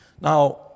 Now